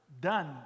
done